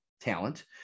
talent